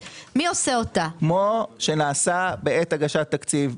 כמו שנעשה בעת הגשת התקציב,